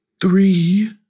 three